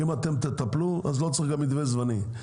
אם אתם תטפלו אז לא צריך גם מתווה זמני,